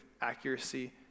accuracy